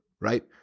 right